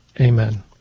amen